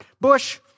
bush